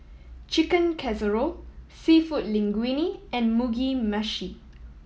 Chicken Casserole Seafood Linguine and Mugi Meshi